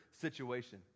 situation